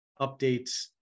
updates